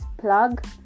plug